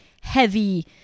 heavy